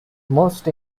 most